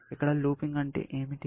ఇక్కడ లూపింగ్ అంటే ఏమిటి